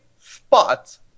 spots